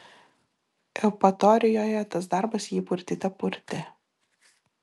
eupatorijoje tas darbas jį purtyte purtė